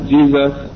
Jesus